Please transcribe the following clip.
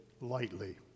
lightly